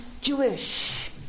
Jewish